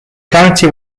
county